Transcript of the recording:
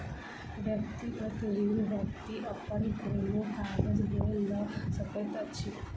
व्यक्तिगत ऋण व्यक्ति अपन कोनो काजक लेल लऽ सकैत अछि